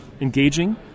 engaging